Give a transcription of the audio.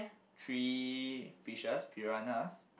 three fishes piranhas